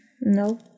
No